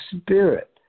Spirit